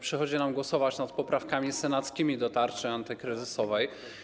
Przychodzi nam głosować nad poprawkami senackimi do tarczy antykryzysowej.